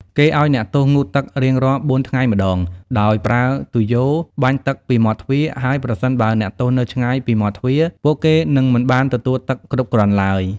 គេឱ្យអ្នកទោសងូតទឹករៀងរាល់បួនថ្ងៃម្តង ដោយប្រើទុយយ៉ូបាញ់ទឹកពីមាត់ទ្វារ ហើយ ប្រសិនបើអ្នកទោសនៅឆ្ងាយពីមាត់ទ្វារ ពួកគេនឹងមិនបានទទួលទឹកគ្រប់គ្រាន់ឡើយ។